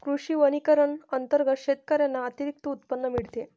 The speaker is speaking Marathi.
कृषी वनीकरण अंतर्गत शेतकऱ्यांना अतिरिक्त उत्पन्न मिळते